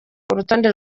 urutonde